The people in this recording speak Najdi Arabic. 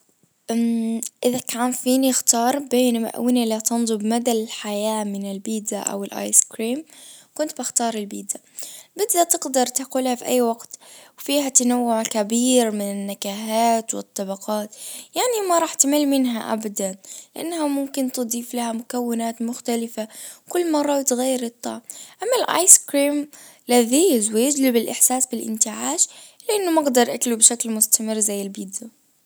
اذا كان فيني بين مأونه لا تنظب مدى الحياة من البيتزا او الايس كريم كنت بختار البيتزا البيتزا تقدر تاكلها في اي وقت وفيها تنوع كبير من النكهات والطبقات يعني ما راح تمل منها ابدًا لانها ممكن تضيف لها نكهات مختلفة كل مرة يتغير الطعم اما الايس كريم لذيذ ويجلب الاحساس بالانتعاش لاكنه مقدر اكله بشكل مستمر زي البيتزا